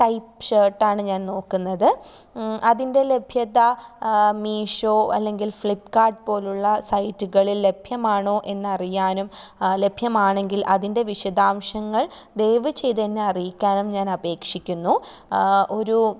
type ഷർട്ടാണ് ഞാൻ നോക്കുന്നത് അതിൻ്റെ ലഭ്യത മീശോ അല്ലെങ്കിൽ ഫ്ലിപ്പ്കാർട്ട് പോലുള്ള സൈറ്റുകളിൽ ലഭ്യമാണോ എന്നറിയാനും ലഭ്യമാണെങ്കിൽ അതിൻ്റെ വിശദാംശങ്ങൾ ദയവു ചെയ്ത് എന്നെ അറിയിക്കാനും ഞാൻ അപേക്ഷിക്കുന്നു ഒരു